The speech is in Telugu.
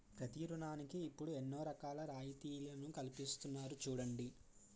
ప్రతి ఋణానికి ఇప్పుడు ఎన్నో రకాల రాయితీలను కల్పిస్తున్నారు చూడండి